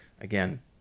again